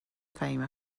فهیمه